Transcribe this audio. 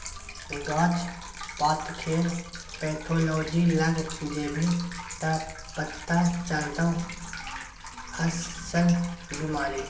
गाछ पातकेर पैथोलॉजी लग जेभी त पथा चलतौ अस्सल बिमारी